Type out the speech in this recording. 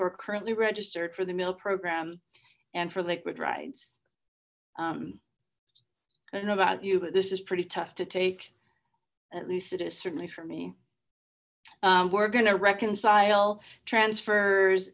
are currently registered for the meal program and for liquid rides i don't know about you but this is pretty tough to take at least it is certainly for me we're gonna reconcile transfers